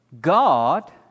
God